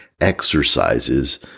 exercises